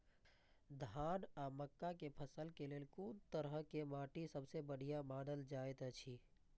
धान आ मक्का के फसल के लेल कुन तरह के माटी सबसे बढ़िया मानल जाऐत अछि?